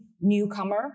newcomer